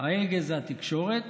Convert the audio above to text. ההגה זה התקשורת